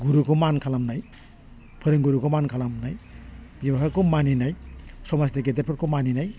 गुरुखौ मान खालामनाय फोरोंगुरुखौ मान खालामनाय बेवहाखौ मानिनाय समाजनि गेदेरफोरखौ मानिनाय